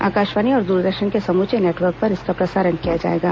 आकाशवाणी और द्रदर्शन के समूचे नेटवर्क पर इसका प्रसारण किया जाएगा